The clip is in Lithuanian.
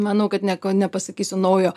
manau kad nieko nepasakysiu naujo